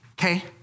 Okay